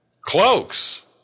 cloaks